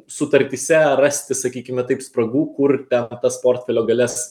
sutartyse rasti sakykime taip spragų kur ten tas portfelio galias